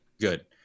Good